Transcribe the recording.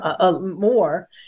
more